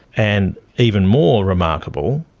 and even more remarkable,